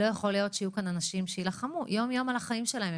לא יכול להיות שיהיו כאן אנשים שיילחמו יום-יום על החיים שלהם.